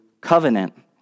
covenant